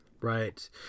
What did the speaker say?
Right